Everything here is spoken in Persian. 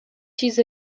چیز